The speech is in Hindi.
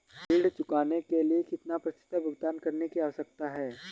ऋण चुकाने के लिए कितना प्रतिशत भुगतान करने की आवश्यकता है?